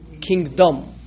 Kingdom